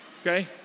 okay